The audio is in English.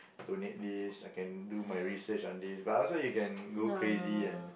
donate this I can do my research on this but also you can go crazy and